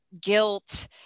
guilt